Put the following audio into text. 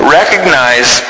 recognize